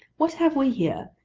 what have we here?